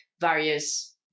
various